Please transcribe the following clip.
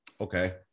Okay